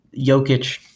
Jokic